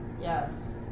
Yes